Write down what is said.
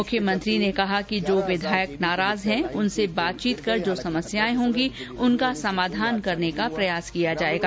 मुख्यमंत्री ने कहा कि जो विधायक नाराज है उनसे बातचीत कर जो समस्याएं होगी उनका समाधान करने का प्रयास किया जायेगा